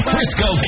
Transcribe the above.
Frisco